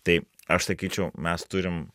tai aš sakyčiau mes turim